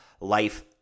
life